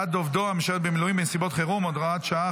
בעד עובדו המשרת במילואים בנסיבות חירום) (הוראת שעה,